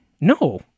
no